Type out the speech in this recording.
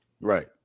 Right